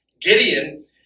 Gideon